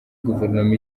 guverinoma